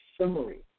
summary